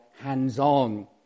hands-on